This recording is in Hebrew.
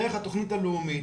דרך התוכנית הלאומית,